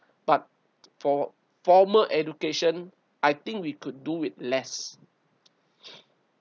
but for formal education I think we could do with less